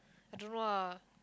I don't know ah